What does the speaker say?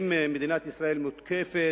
האם מדינת ישראל מותקפת?